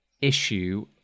issue